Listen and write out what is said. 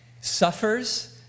suffers